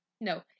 no